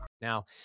Now